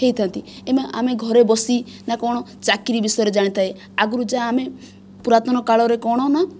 ହୋଇଥାନ୍ତି ଆମେ ଘରେ ବସି ନା କ'ଣ ଚାକିରୀ ବିଷୟରେ ଜାଣିଥାଏ ଆଗରୁ ଯାହା ଆମେ ପୁରାତନ କାଳରେ କ'ଣ ନା